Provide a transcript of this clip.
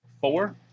four